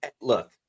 look